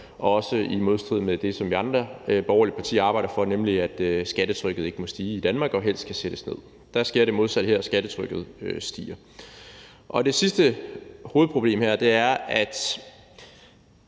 også i modstrid med det, som vi andre borgerlige partier arbejder for, nemlig at skattetrykket ikke må stige i Danmark og helst skal sættes ned. Der sker det modsatte her – skattetrykket stiger. Det sidste hovedproblem her er, at